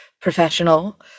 professional